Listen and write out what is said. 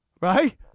Right